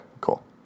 cool